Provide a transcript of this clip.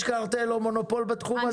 יש קרטל או מונופול בתחום הזה?